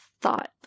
thought